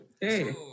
Hey